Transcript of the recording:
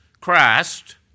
Christ